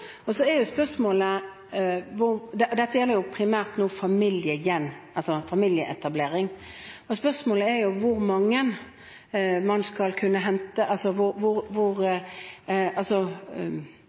og det er en av hensiktene med å gjøre det. Dette gjelder primært familieetablering, og spørsmålet er hvor mange man skal kunne hente